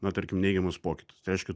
na tarkim neigiamas pokytis tai reiškia